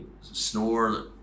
snore